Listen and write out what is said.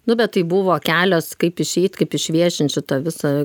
nu bet tai buvo kelios kaip išeit kaip išviešint šitą visą